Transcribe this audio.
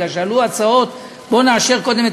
כיוון שעלו הצעות: בואו נאשר קודם את